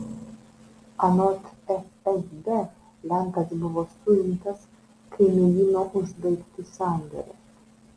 anot fsb lenkas buvo suimtas kai mėgino užbaigti sandorį